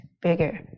bigger